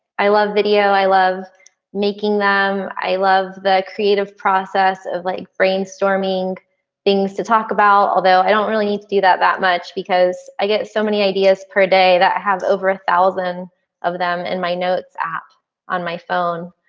i love video. i love making them, i love the creative process of like brainstorming things to talk about. although i don't really need to do that that much because. i get so many ideas per day that i have over a thousand of them. and my notes app on my phone,